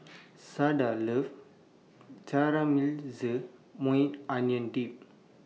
Sada loves Caramelized Maui Onion Dip